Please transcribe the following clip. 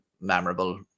memorable